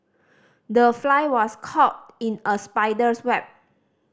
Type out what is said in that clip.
the fly was caught in a spider's web